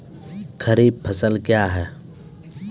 खरीफ फसल क्या हैं?